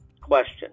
Question